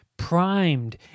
primed